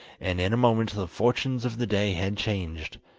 and in a moment the fortunes of the day had changed.